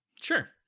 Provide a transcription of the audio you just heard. sure